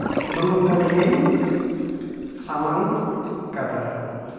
ᱰᱩᱞᱩᱝ ᱜᱟᱹᱰᱤ ᱜᱤᱧ ᱥᱟᱢᱟᱝ ᱠᱟᱫᱟ